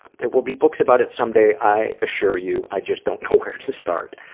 there will be books about it someday, i assure you. i just don't know where to start.